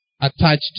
attached